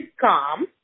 calm